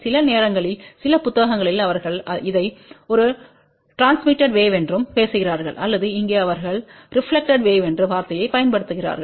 சில நேரங்களில் சில புத்தகங்களில் அவர்கள் இதை ஒரு ட்ரான்ஸ்மிட் வேவ் என்றும் பேசுகிறார்கள் அல்லது இங்கே அவர்கள் ரெப்லக்டெட் வேவ் என்ற வார்த்தையைப் பயன்படுத்துகிறார்கள்